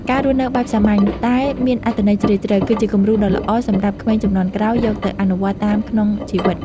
ការរស់នៅបែបសាមញ្ញតែមានអត្ថន័យជ្រាលជ្រៅ គឺជាគំរូដ៏ល្អសម្រាប់ក្មេងជំនាន់ក្រោយយកទៅអនុវត្តតាមក្នុងជីវិត។